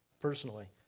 personally